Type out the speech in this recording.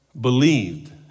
believed